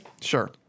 Sure